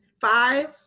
five